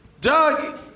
Doug